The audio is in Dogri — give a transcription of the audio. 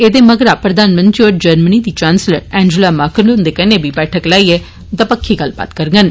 ऐदे मगरा प्रधानमंत्री होर जर्मनी दी चांस्लर ऐनजला मरकाल हुन्दे कन्नै बैठक लाइए दपक्खी गल्लबात करङन